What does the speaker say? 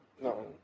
no